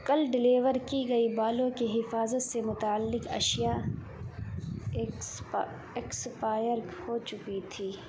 کل ڈلیور کی گئی بالوں کی حفاظت سے متعلق اشیاء ایکسپائر ہو چکی تھی